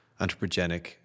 anthropogenic